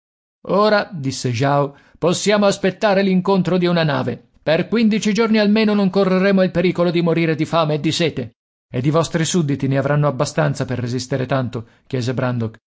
ora disse jao possiamo aspettare l'incontro di una nave per quindici giorni almeno non correremo il pericolo di morire di fame e di sete ed i vostri sudditi ne avranno abbastanza per resistere tanto chiese